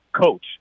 coach